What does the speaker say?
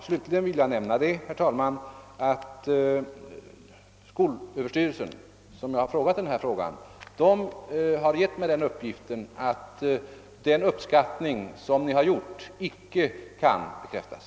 Slutligen vill jag, herr talman, nämna att skolöverstyrelsen informerat mig om att den kostnadsuppskattning som gjorts icke kan bekräftas.